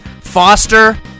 Foster